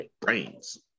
brains